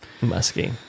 Musky